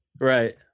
Right